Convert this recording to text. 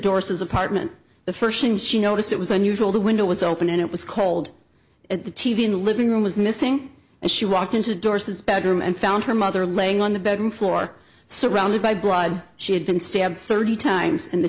doris's apartment the first thing she noticed it was unusual the window was open and it was cold and the t v in the living room was missing and she walked into the door says bedroom and found her mother laying on the bedroom floor surrounded by blood she had been stabbed thirty times in the